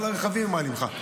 על הרכבים מעלים לך,